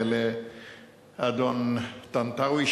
לאדון טנטאווי,